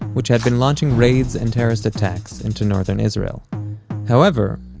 which had been launching raids and terrorist attacks into northern israel however,